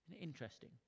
Interesting